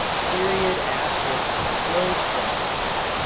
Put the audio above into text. period, asterisk, close parentheses.